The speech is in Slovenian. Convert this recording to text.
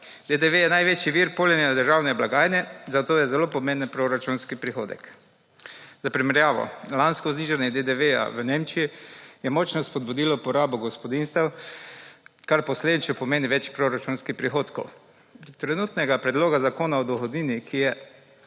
DDV je največji vir polnjena državne blagajne, zato je zelo pomemben proračunski prihodek. Za primerjavo, lansko znižanje DDV v Nemčiji je močno spodbudilo porabo gospodinjstev, kar posledično pomeni več proračunskih prihodkov. Trenutnega predloga Zakona o dohodnini, ki je